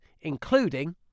including